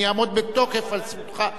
אני אעמוד בתוקף על זכותך,